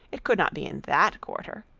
it could not be in that quarter.